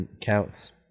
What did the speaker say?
counts